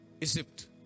Egypt